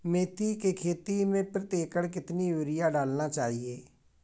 मेथी के खेती में प्रति एकड़ कितनी यूरिया डालना चाहिए?